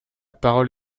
parole